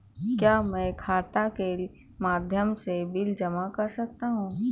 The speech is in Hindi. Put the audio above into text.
क्या मैं खाता के माध्यम से बिल जमा कर सकता हूँ?